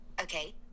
Okay